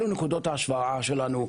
אלו נקודות ההשוואה שלנו.